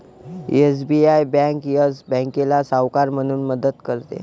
SBI bank Yes बँकेला सावकार म्हणून मदत करते